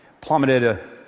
plummeted